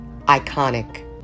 iconic